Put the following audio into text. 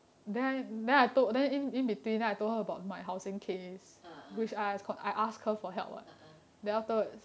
uh uh uh uh